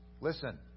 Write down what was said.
Listen